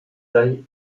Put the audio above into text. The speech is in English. hindi